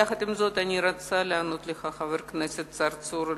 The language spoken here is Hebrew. יחד עם זאת אני רוצה לענות לך, חבר הכנסת צרצור,